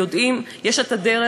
יודעים; יש הדרך,